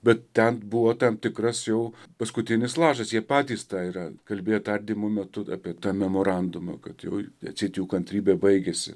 bet ten buvo tam tikras jau paskutinis lašas jie patys tą yra kalbėję tardymų metu apie tą memorandumą kad jau atseit jų kantrybė baigėsi